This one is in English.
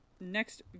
next